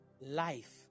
life